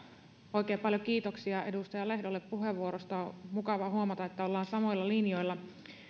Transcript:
oikein paljon kiitoksia edustaja lehdolle puheenvuorosta mukava huomata että ollaan samoilla linjoilla